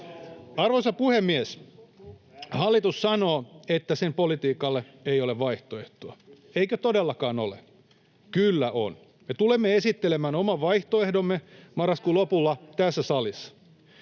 Arvoisa puhemies! Hallitus sanoo, että sen politiikalle ei ole vaihtoehtoa. Eikö todellakaan ole? Kyllä on. Me tulemme esittelemään oman vaihtoehtomme marraskuun lopulla tässä salissa.